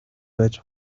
байж